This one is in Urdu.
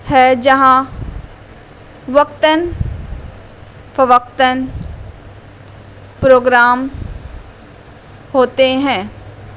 ہے جہاں وقتاً فوقتاً پروگرام ہوتے ہیں